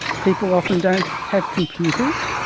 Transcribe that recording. people often don't have computers,